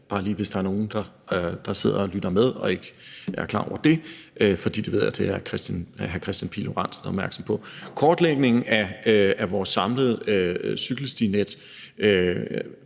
lige sige, hvis der skulle være nogen, der sidder og lytter med og ikke er klar over det. For det ved jeg hr. Kristian Pihl Lorentzen er opmærksom på. Kortlægningen af vores samlede cykelstinet